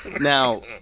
Now